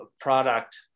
product